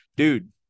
Dude